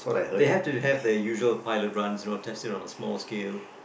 they have to have the usual pilot runs you know test it on a small scale